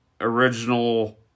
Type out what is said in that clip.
original